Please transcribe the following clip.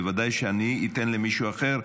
בוודאי שאני אתן למישהו אחר,